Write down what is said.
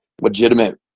legitimate –